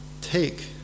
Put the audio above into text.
Take